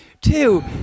Two